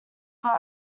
but